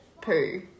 poo